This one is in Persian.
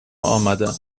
آمدم